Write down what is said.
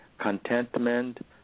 contentment